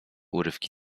urywki